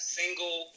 single